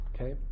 okay